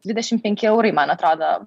dvidešim penki eurai man atrodo